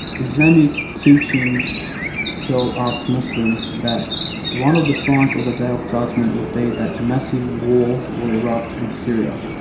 islamic teachings tell us muslims that one of the signs of the day of judgment will be that a massive war will erupt in syria